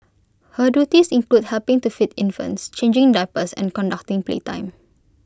her duties included helping to feed infants changing diapers and conducting playtime